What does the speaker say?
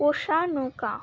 কোষা নৌকা